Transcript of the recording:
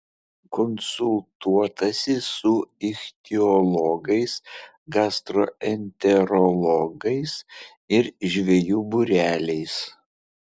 konsultuotasi su ichtiologais gastroenterologais ir žvejų būreliais